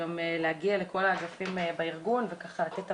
גם להגיע לכל האגפים בארגון וככה לתת את